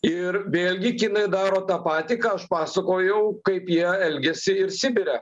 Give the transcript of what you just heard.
ir vėlgi kinai daro tą patį ką aš pasakojau kaip jie elgiasi ir sibire